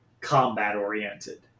combat-oriented